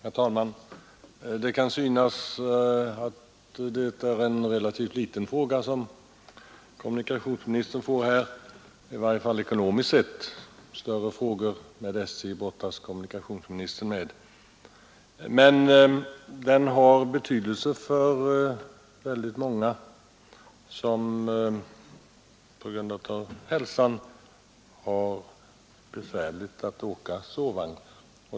Herr talman! Det kan synas vara en relativt liten fråga som kommunikationsministern nu har fått, i varje fall ekonomiskt sett — större frågor som rör SJ brottas kommunikationsministern med — men den har betydelse för väldigt många som på grund av sin hälsa har svårt att åka sovvagn.